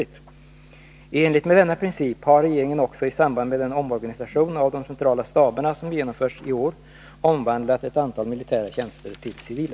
I enlighet med denna princip har regeringen också i samband med den omorganisation av de centrala staberna som genomförts i år omvandlat ett antal militära tjänster till civila.